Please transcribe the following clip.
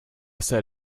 said